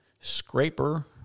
scraper